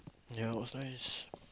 ya was nice